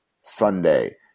Sunday